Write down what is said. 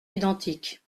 identiques